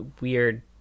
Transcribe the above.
weird